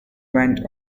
went